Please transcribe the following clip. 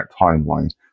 timeline